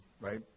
right